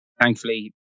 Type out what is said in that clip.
thankfully